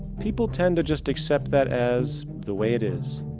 people tend to just accept that as the way it is,